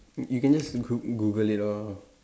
y~ you can just goo~ Google it or